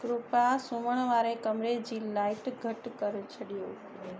कृपया सुम्हण वारे कमिरे जी लाइट घटि करे छॾियो